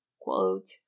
quote